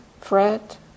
fret